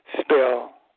spell